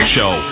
Show